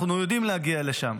אנחנו יודעים להגיע לשם.